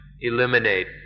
eliminate